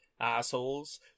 assholes